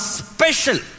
special